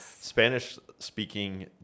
Spanish-speaking